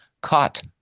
caught